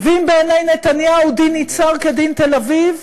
ואם בעיני נתניהו דין יצהר כדין תל-אביב,